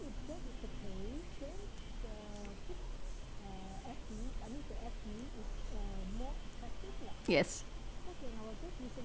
yes